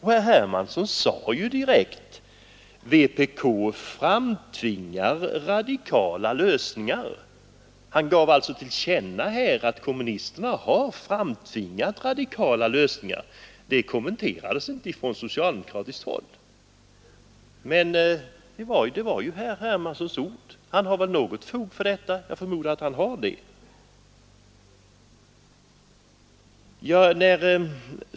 Herr Hermansson sade ju direkt: ”Vpk framtvingar radikala lösningar.” Han gav alltså till känna att kommunisterna har framtvingat radikala lösningar. Det kommenterades inte från socialdemokratiskt håll, men det var herr Hermanssons ord, och jag förmodar att han har något fog för detta.